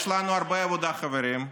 יש לנו הרבה עבודה, חברים.